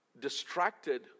distracted